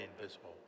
invisible